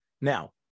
Now